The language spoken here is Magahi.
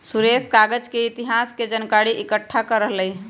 सुरेश कागज के इतिहास के जनकारी एकट्ठा कर रहलई ह